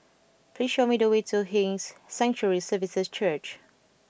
please show me the way to His Sanctuary Services Church